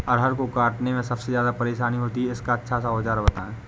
अरहर को काटने में सबसे ज्यादा परेशानी होती है इसका अच्छा सा औजार बताएं?